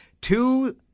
two